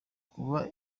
kuba